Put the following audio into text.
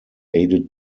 aided